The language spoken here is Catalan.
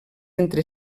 entre